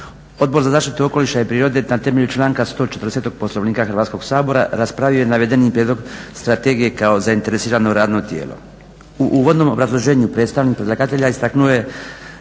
Odbor za zaštitu okoliša i prirode na temelju članka 140. Poslovnika Hrvatskog sabora raspravio je navedeni prijedlog Strategije kao zainteresirano radno tijelo. U uvodnom obrazloženju predstavnik predlagatelja istaknuo